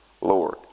Lord